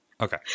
Okay